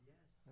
Yes